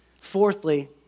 Fourthly